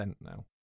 now